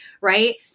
Right